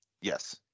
Yes